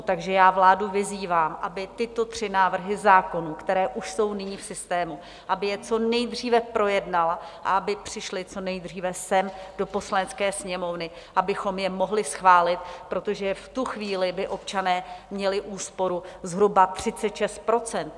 Takže já vládu vyzývám, aby tyto tři návrhy zákonů, které už jsou nyní v systému, aby je co nejdříve projednala a aby přišly co nejdříve sem do Poslanecké sněmovny, abychom je mohli schválit, protože v tu chvíli by občané měli úsporu zhruba 36 %.